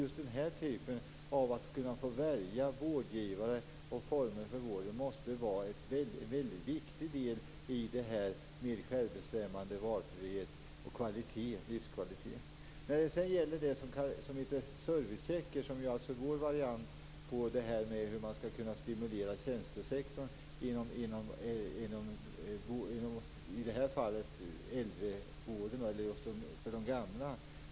Just den typen av val av vårdgivare och former för vården tycker jag måste utgöra en viktig del av detta med självbestämmande, valfrihet och livskvalitet. Servicecheckar är alltså vår variant för att stimulera tjänstesektorn, i det här fallet till förmån för de gamla.